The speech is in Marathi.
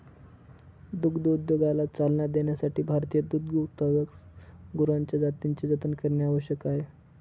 दुग्धोद्योगाला चालना देण्यासाठी भारतीय दुग्धोत्पादक गुरांच्या जातींचे जतन करणे आवश्यक आहे